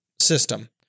system